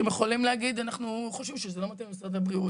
אתם יכולים להגיד 'אנחנו חושבים שזה לא מתאים למשרד הבריאות,